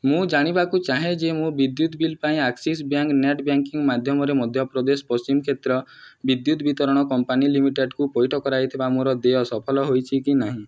ମୁଁ ଜାଣିବାକୁ ଚାହେଁ ଯେ ମୋ ବିଦ୍ୟୁତ ବିଲ୍ ପାଇଁ ଆକ୍ସିସ୍ ବ୍ୟାଙ୍କ ନେଟ୍ ବ୍ୟାଙ୍କିଙ୍ଗ ମାଧ୍ୟମରେ ମଧ୍ୟପ୍ରଦେଶ ପଶ୍ଚିମ କ୍ଷେତ୍ର ବିଦ୍ୟୁତ ବିତରଣ କମ୍ପାନୀ ଲିମିଟେଡ଼୍କୁ ପଇଠ କରାଯାଇଥିବା ମୋର ଦେୟ ସଫଳ ହୋଇଛି କି ନାହିଁ